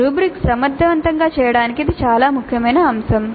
rubrics సమర్థవంతంగా చేయడానికి ఇది చాలా ముఖ్యమైన అంశం